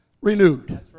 renewed